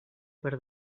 per